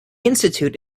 institute